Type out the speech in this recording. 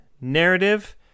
narrative